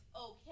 okay